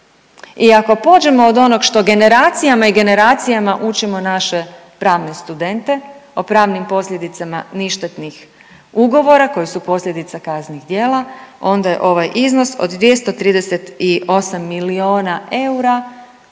I ako pođemo od onog što generacijama i generacijama učimo naše pravne studente o pravnim posljedicama ništetnih ugovora koji su posljedica kaznenih djela onda je ovaj iznos od 238 milijuna eura